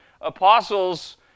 apostles